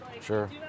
sure